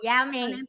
Yummy